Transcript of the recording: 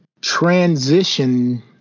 transition